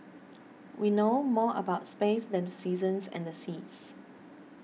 we know more about space than the seasons and the seas